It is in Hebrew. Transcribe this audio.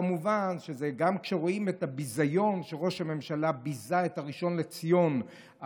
כמובן כשגם כשרואים את הביזיון שראש הממשלה ביזה את הראשון לציון,